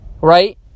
Right